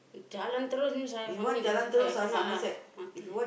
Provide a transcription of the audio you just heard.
jalan terus I cannot ah mati